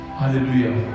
hallelujah